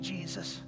Jesus